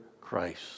Christ